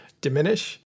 diminish